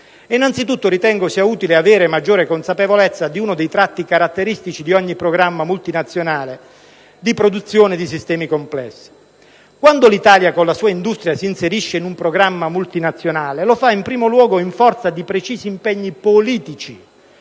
Innanzitutto ritengo sia utile avere maggiore consapevolezza di uno dei tratti caratteristici di ogni programma multinazionale di produzione di sistemi complessi. Quando l'Italia, con la sua industria, si inserisce in un programma multinazionale, lo fa in primo luogo in forza di precisi impegni politici